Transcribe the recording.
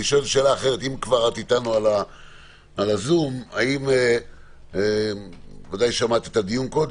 אני שואל שאלה אחרת: איך אנחנו מקדמים את